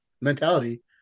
mentality